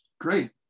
Great